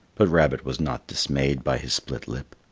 but rabbit was not dismayed by his split lip.